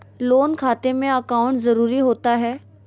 Loan खाते में account जरूरी होता है?